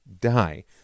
die